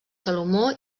salomó